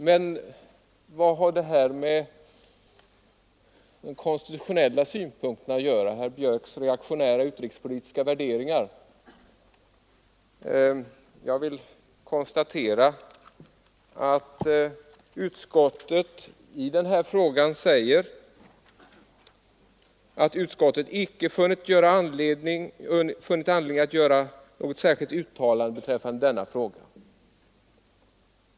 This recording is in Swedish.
Men vad har herr Björcks reaktionära utrikespolitiska värderingar att göra med de konstitutionella synpunkterna? Jag vill konstatera att utskottet i den här frågan säger att man icke funnit anledning att göra något särskilt uttalande.